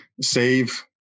save